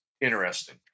interesting